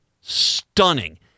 stunning